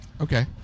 Okay